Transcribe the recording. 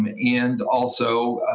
and also,